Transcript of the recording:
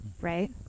right